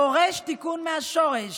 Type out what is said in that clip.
דורש תיקון מהשורש.